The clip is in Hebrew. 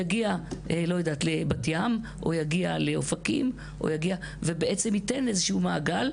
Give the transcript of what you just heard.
יגיע לבת ים או יגיע לאופקים וייתן איזשהו מעגל,